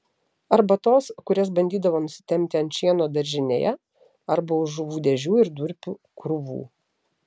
arba tos kurias bandydavo nusitempti ant šieno daržinėje arba už žuvų dėžių ir durpių krūvų